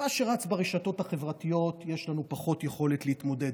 עם מה שרץ ברשתות החברתיות יש לנו פחות יכולת להתמודד,